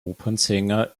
opernsänger